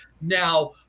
now